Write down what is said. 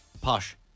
posh